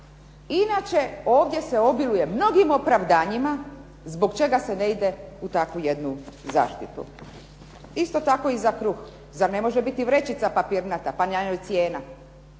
Inače, ovdje se obiluje mnogim opravdanjima zbog čega se ne ide u takvu jednu zaštitu. Isto tako i za kruh. Zar ne može biti vrećica papirnata pa na njoj cijena.